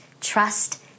trust